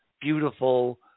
beautiful